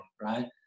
right